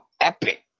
epic